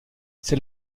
c’est